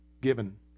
given